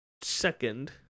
second